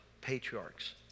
patriarchs